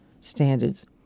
standards